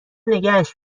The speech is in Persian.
نگهش